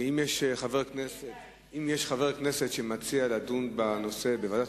אם יש חבר כנסת שמציע לדון בנושא בוועדה,